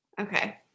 Okay